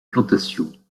plantations